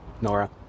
Nora